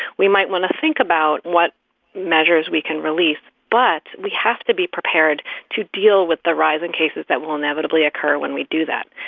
we might want to think about what measures we can release, but we have to be prepared to deal with the rise in cases that will inevitably occur when we do that.